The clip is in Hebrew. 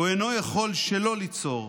הוא אינו יכול שלא ליצור: